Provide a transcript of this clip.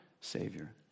Savior